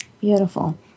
Beautiful